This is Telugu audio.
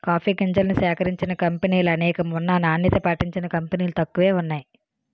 కాఫీ గింజల్ని సేకరించిన కంపినీలనేకం ఉన్నా నాణ్యత పాటించిన కంపినీలు తక్కువే వున్నాయి